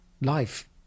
life